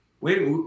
wait